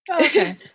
Okay